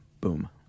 Boom